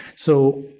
so,